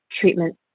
treatment